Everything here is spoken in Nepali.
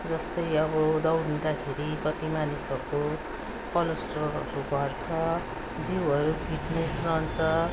जस्तै अब दौडिदाँखेरि कति मानिहरूको कलोस्ट्रोलहरू घट्छ जिउहरू फिटनेस रहन्छ